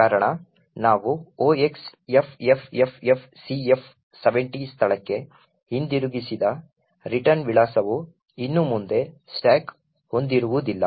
ಕಾರಣ ನಾವು 0xffffcf70 ಸ್ಥಳಕ್ಕೆ ಹಿಂದಿರುಗಿಸಿದ ರಿಟರ್ನ್ ವಿಳಾಸವು ಇನ್ನು ಮುಂದೆ ಸ್ಟಾಕ್ ಹೊಂದಿರುವುದಿಲ್ಲ